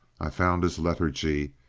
i found his lethargy,